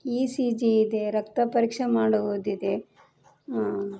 ಈ C G ಇದೆ ರಕ್ತಪರೀಕ್ಷೆ ಮಾಡುವುದಿದೆ